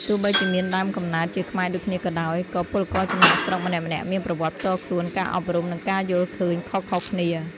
ទោះបីជាមានដើមកំណើតជាខ្មែរដូចគ្នាក៏ដោយ ក៏ពលករចំណាកស្រុកម្នាក់ៗមាន ប្រវត្តិផ្ទាល់ខ្លួន ការអប់រំ និងការយល់ឃើញខុសៗគ្នា ។